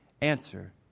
answer